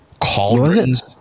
Cauldrons